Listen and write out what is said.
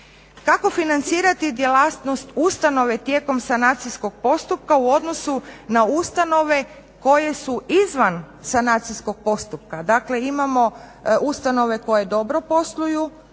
Kako financirati djelatnost ustanove tijekom sanacijskog postupka u odnosu na ustanove koje su izvan sanacijskog postupka?